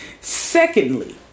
Secondly